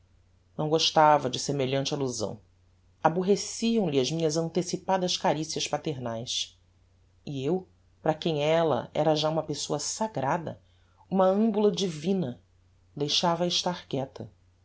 não gostava de semelhante allusão aborreciam lhe as minhas anticipadas caricias paternaes e eu para quem ella era já uma pessoa sagrada uma ambula divina deixava-a estar quieta